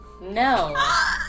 No